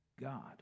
God